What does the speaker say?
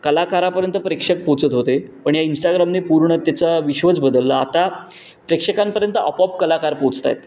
कलाकारापर्यंत प्रेक्षक पोचत होते पण या इंस्टाग्रामने पूर्ण त्याचा विश्वच बदलला आता प्रेक्षकांपर्यंत आपोआप कलाकार पोचत आहेत